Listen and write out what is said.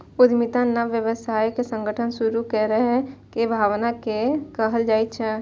उद्यमिता नव व्यावसायिक संगठन शुरू करै के भावना कें कहल जाइ छै